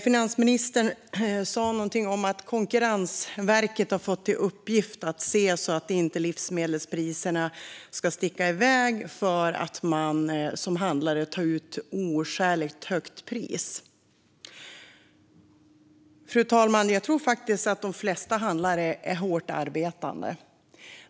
Finansministern sa någonting om att Konkurrensverket fått i uppgift att se till att livsmedelspriserna inte sticker iväg för att handlare tar ut oskäligt höga priser. Fru talman! Jag tror faktiskt att de flesta handlare är hårt arbetande.